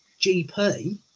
GP